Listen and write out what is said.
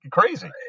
crazy